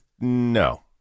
no